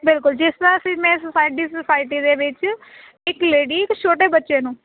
ਬਿਲਕੁਲ ਜਿਸ ਤਰਾਂ ਫਿਰ ਮੈਂ ਸਾਡੀ ਸੁਸਾਇਟੀ ਦੇ ਵਿੱਚ ਇੱਕ ਲੇਡੀ ਛੋਟੇ ਬੱਚੇ ਨੂੰ